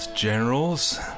Generals